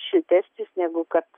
šiltesnis negu kad